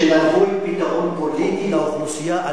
שנבוא עם פתרון פוליטי לאוכלוסייה.